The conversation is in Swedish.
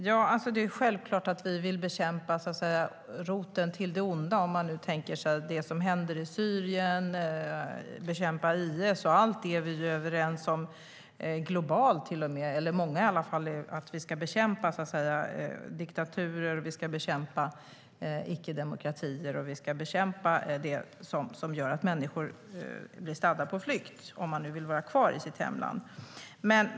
Herr talman! Det är självklart att vi vill bekämpa roten till det onda, bekämpa IS, om vi tänker på det som händer i Syrien. Allt det är vi överens om globalt att vi ska bekämpa. Vi ska bekämpa diktaturer, icke-demokratier, det som gör att människor blir stadda på flykt när de hellre skulle vara i sitt hemland.